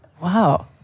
Wow